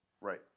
Right